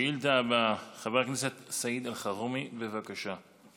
השאילתה הבאה, חבר הכנסת סעיד אלחרומי, בבקשה.